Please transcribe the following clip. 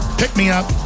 pick-me-up